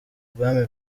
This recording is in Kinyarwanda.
bwami